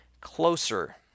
closer